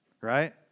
Right